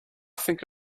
think